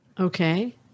Okay